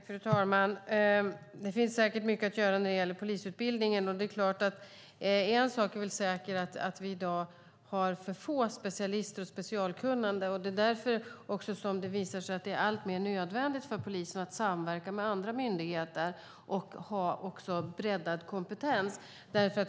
Fru talman! Det finns säkert mycket att göra när det gäller polisutbildningen. En sak är säker och det är att vi i dag har för få specialister och för lite specialkunnande. Det är därför det visar sig att det är alltmer nödvändigt för polisen att samverka med andra myndigheter och ha en breddad kompetens.